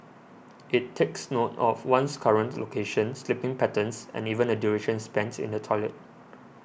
it takes note of one's current locations sleeping patterns and even the duration spends in the toilet